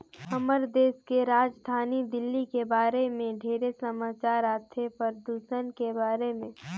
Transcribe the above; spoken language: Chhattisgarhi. हमर देश के राजधानी दिल्ली के बारे मे ढेरे समाचार आथे, परदूषन के बारे में